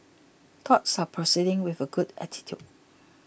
talks are proceeding with a good attitude